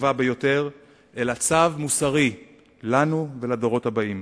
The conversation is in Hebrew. הטובה ביותר, אלא זה צו מוסרי לנו ולדורות הבאים.